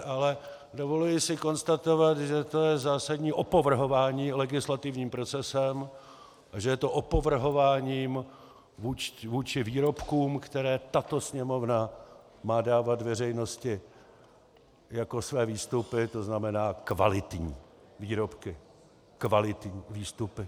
Ale dovoluji si konstatovat, že to je zásadní opovrhování legislativním procesem a že je to opovrhováním vůči výrobkům, které tato Sněmovna má dávat veřejnosti jako své výstupy, to znamená kvalitní výrobky, kvalitní výstupy.